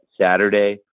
Saturday